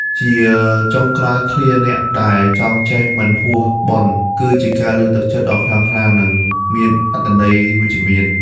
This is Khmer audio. ជាចុងក្រោយ ឃ្លា "អ្នកដែលចង់ចេះ មិនហួស បុណ្យ" គឺជាការលើកទឹកចិត្តដ៏ខ្លាំងក្លា និងមានអត្ថន័យវិជ្ជមាន។